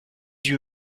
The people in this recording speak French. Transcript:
huit